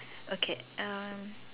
okay um